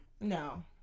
no